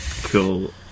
cool